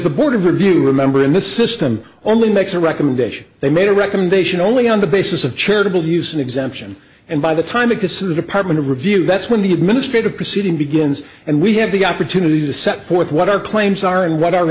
the board of review remember in this system only makes a recommendation they made a recommendation only on the basis of charitable use an exemption and by the time it gets to the department of review that's when the administrative proceeding begins and we have the opportunity to set forth what our claims are and what our